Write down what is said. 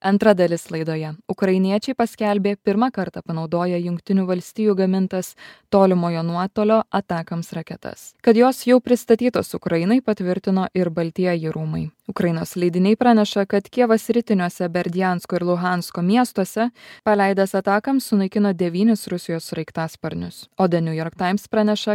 antra dalis laidoje ukrainiečiai paskelbė pirmą kartą panaudoję jungtinių valstijų gamintas tolimojo nuotolio atacms raketas kad jos jau pristatytos ukrainai patvirtino ir baltieji rūmai ukrainos leidiniai praneša kad kijevas sritiniuose berdiansko ir luhansko miestuose paleidęs atacms sunaikino devynis rusijos sraigtasparnius o the new york times praneša